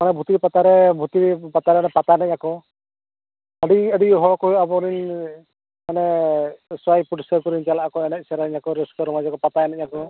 ᱦᱮᱸ ᱵᱷᱩᱛᱩᱲᱤ ᱯᱟᱛᱟ ᱨᱮ ᱵᱷᱩᱛᱩᱲᱤ ᱯᱟᱛᱟ ᱨᱮ ᱚᱱᱮ ᱯᱟᱛᱟ ᱠᱚ ᱮᱱᱮᱡ ᱟᱠᱚ ᱟᱹᱰᱤ ᱟᱹᱰᱤ ᱦᱚᱲ ᱠᱚ ᱦᱩᱭᱩᱜᱼᱟ ᱟᱵᱚ ᱨᱮᱱ ᱚᱱᱮ ᱢᱟᱱᱮ ᱪᱟᱞᱟᱜ ᱟᱠᱚ ᱮᱱᱮᱡ ᱥᱮᱨᱮᱧ ᱟᱠᱚ ᱨᱟᱹᱥᱠᱟᱹ ᱨᱚᱢᱚᱡᱽ ᱟᱠᱚ ᱯᱟᱛᱟ ᱮᱱᱮᱡ ᱟᱠᱚ